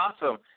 awesome